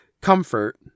Comfort